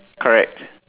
correct